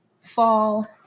fall